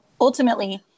ultimately